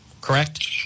correct